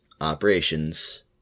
operations